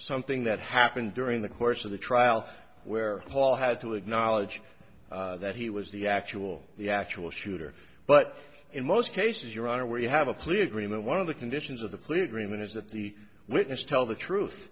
something that happened during the course of the trial where hall had to acknowledge that he was the actual the actual shooter but in most cases your honor where you have a clear agreement one of the conditions of the police remain is that the witness tell the truth